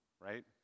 right